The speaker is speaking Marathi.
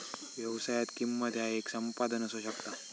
व्यवसायात, किंमत ह्या येक संपादन असू शकता